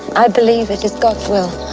i believe it is god's will